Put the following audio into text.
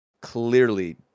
clearly